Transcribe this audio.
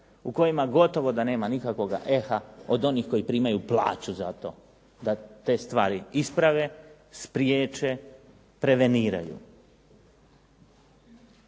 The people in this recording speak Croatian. u kojima gotovo da nema nikakvoga …/Govornik se ne razumije./… od onih koji primaju plaću za to da te stvari isprave, spriječe, preveniraju.